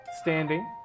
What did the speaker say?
Standing